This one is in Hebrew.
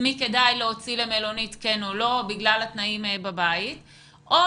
ויעיל אבל אם